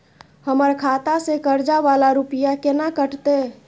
हमर खाता से कर्जा वाला रुपिया केना कटते?